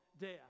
death